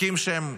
חוקים שהם,